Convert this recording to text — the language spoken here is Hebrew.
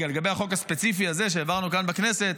לגבי החוק הספציפי הזה שהעברנו כאן בכנסת,